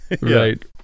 right